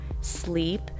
sleep